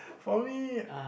for me